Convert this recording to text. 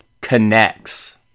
connects